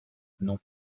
non